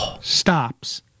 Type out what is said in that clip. stops